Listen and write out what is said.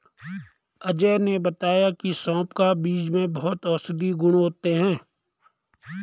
अजय ने बताया की सौंफ का बीज में बहुत औषधीय गुण होते हैं